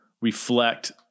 reflect